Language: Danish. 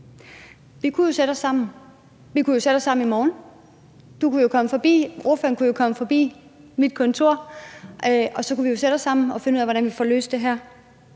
Vi kunne jo sætte os sammen i morgen. Ordføreren kunne jo komme forbi mit kontor, og så kunne vi sætte os sammen og finde ud af, hvordan vi får løst det her.